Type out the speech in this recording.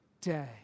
day